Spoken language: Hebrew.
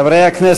ערעור חברת הכנסת